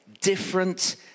different